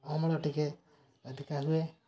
ଅମଳ ଟିକେ ଅଧିକା ହୁଏ